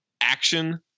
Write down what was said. Action